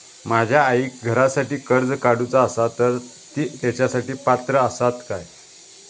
माझ्या आईक घरासाठी कर्ज काढूचा असा तर ती तेच्यासाठी पात्र असात काय?